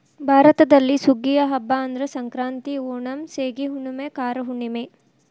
ಭಾರತದಲ್ಲಿ ಸುಗ್ಗಿಯ ಹಬ್ಬಾ ಅಂದ್ರ ಸಂಕ್ರಾಂತಿ, ಓಣಂ, ಸೇಗಿ ಹುಣ್ಣುಮೆ, ಕಾರ ಹುಣ್ಣುಮೆ